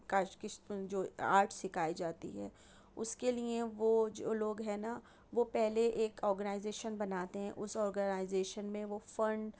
کاش کشت میں جو آرٹ سکھائی جاتی ہے اُس کے لیے وہ جو لوگ ہیں نا وہ پہلے ایک آرگنائزیشن بناتے ہیں اُس آرگنائزیشن میں وہ فنڈ